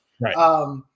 Right